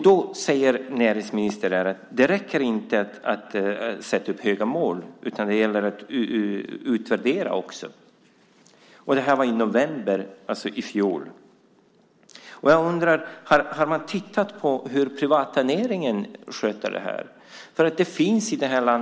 Då säger näringsministern att det inte räcker att sätta upp höga mål utan att det gäller att utvärdera också. Det här var i november i fjol. Jag undrar: Har man tittat på hur det privata näringslivet sköter det här?